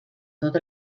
tot